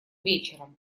вечером